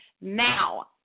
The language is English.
now